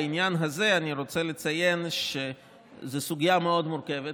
בעניין הזה אני רוצה לציין שזו סוגיה מאוד מורכבת,